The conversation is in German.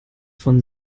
von